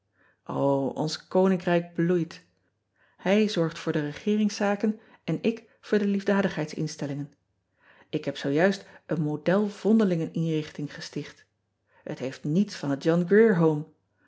ons koninkrijk bloeit ij zorgt voor de regeeringszaken en ik voor de liefdadigheidsinstellingen k heb zoo juist een odel ondelingeninrichting gesticht het heeft niets van het